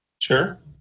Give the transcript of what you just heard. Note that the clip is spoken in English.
sure